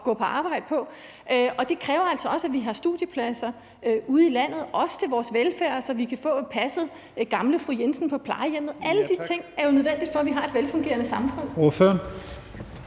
gå på arbejde på, og det kræver altså også, at vi har studiepladser ud i landet, også til vores velfærdsuddannelser, så vi kan få passet gamle fru Jensen på plejehjemmet. Alle de ting er jo nødvendige for, at vi kan have et velfungerende samfund.